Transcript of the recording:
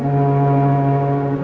no